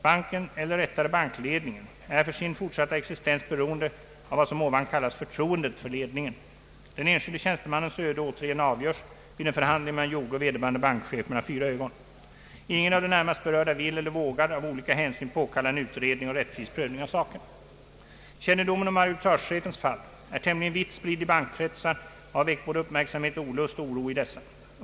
Banken eller rättare bankledningen är för sin fortsatta existens beroende av vad som ovan kallats förtroendet för ledningen. Den enskilde tjänstemannens öde återigen avgörs vid en förhandling mellan Joge och vederbörande bankchef mellan fyra ögon. Ingen av de närmast berörda vill eller vågar av olika hänsyn påkalla en utredning och rättvis prövning av saken. Kännedomen om = arbitragechefens fall är tämligen vitt spridd i bankkretsar och har väckt både uppmärksamhet och olust och oro i dessa.